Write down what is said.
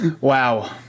Wow